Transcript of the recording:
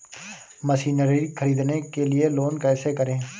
Machinery ख़रीदने के लिए लोन कैसे करें?